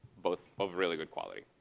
both of really good quality.